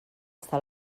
està